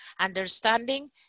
Understanding